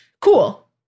Cool